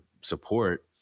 support